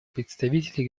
представителю